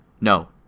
no